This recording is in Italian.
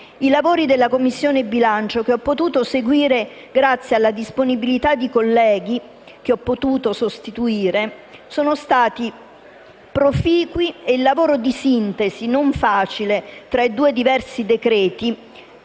I lavori della Commissione bilancio, che ho potuto seguire grazie alla disponibilità di colleghi che ho potuto sostituire, sono stati proficui e il lavoro di sintesi, non facile, tra i due diversi